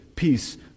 Peace